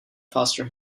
foster